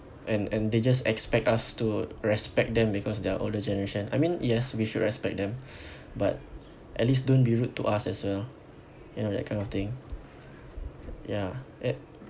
and and they just expect us to respect them because they are older generation I mean yes we should respect them but at least don't be rude to us as well you know that kind of thing ya a~